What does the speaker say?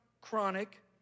chronic